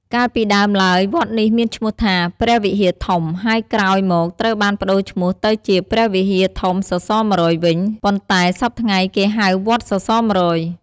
កាលពីដើមឡើយ វត្តនេះមានឈ្មោះថា ព្រះវិហារធំ ហើយក្រោយមកត្រូវបានប្តូរឈ្មោះទៅជាព្រះវិហារធំសសរ១០០វិញ ប៉ុន្តែសព្ធថ្ងៃគេហៅ វត្តសសរ១០០។